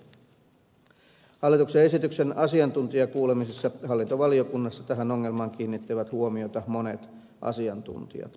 hallituksen esityksen asiantuntijakuulemisissa hallintovaliokunnassa tähän ongelmaan kiinnittivät huomiota monet asiantuntijat